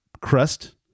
crust